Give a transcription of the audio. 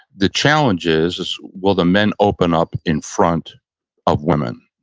the challenge is will the men open up in front of women?